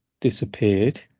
disappeared